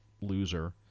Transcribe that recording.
loser